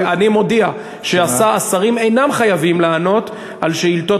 אני מודיע שהשרים אינם חייבים לענות על שאילתות